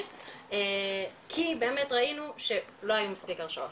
כי באמת ראינו לא היו מספיק הרשעות,